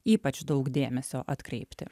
ypač daug dėmesio atkreipti